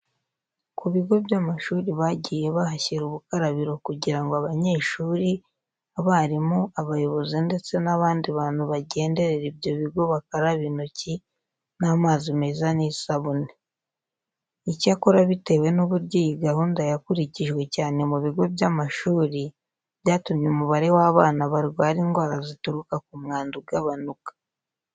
Ku bigo by'amashuri bagiye bahashyira ubukarabiro kugira ngo abanyeshuri, abarimu, abayobozi ndetse n'abandi bantu bagenderera ibyo bigo bakarabe intoki n'amazi meza n'isabune. Icyakora bitewe n'uburyo iyi gahunda yakurikijwe cyane mu bigo by'amashuri, byatumye umubare w'abana barwara indwara zituruka ku mwanda ugabanuka.